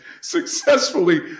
successfully